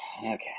Okay